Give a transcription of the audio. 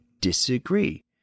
disagree